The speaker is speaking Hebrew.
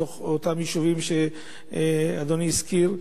בתוך אותם יישובים שאדוני הזכיר,